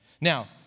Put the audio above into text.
Now